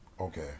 Okay